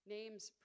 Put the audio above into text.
Names